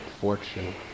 fortune